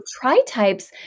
tri-types